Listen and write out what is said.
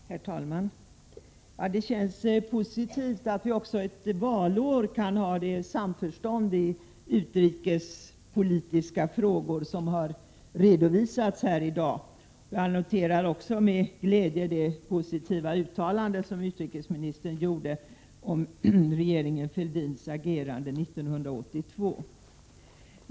Herr talman! Det känns positivt att det också ett valår kan råda ett samförstånd i utrikespolitiska frågor på det sätt som har redovisats här i dag. Jag noterar också med glädje det positiva uttalande som utrikesministern gjorde om regeringen Fälldins agerande 1982.